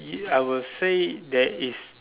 ya I will say there is